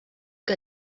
que